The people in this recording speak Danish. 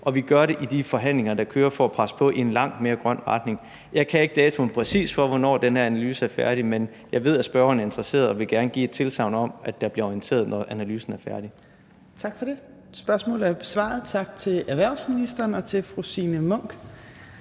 Og vi gør det i de forhandlinger, der kører, for at presse på for en langt mere grøn retning. Jeg kan ikke den præcise dato for, hvornår den analyse er færdig, men jeg ved, at spørgeren er interesseret, og jeg vil gerne give et tilsagn om, at der bliver orienteret, når analysen er færdig. Kl. 14:31 Fjerde næstformand (Trine Torp): Tak for det. Spørgsmålet er besvaret, så tak til erhvervsministeren og fru Signe Munk.